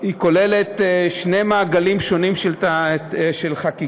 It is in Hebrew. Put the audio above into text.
היא כוללת שני מעגלים שונים של חקיקה,